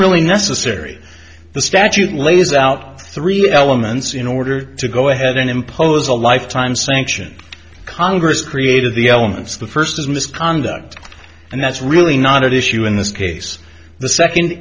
really necessary the statute lays out three elements in order to go ahead and impose a lifetime sanction congress created the elements the first is misconduct and that's really not at issue in this case the second